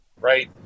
right